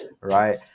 right